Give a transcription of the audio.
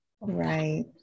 right